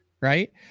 Right